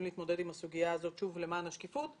להתמודד עם הסוגיה הזאת למען השקיפות,